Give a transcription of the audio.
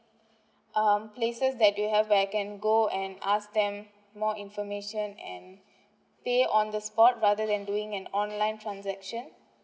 um places that you have I can go and ask them more information and pay on the spot rather than doing an online transaction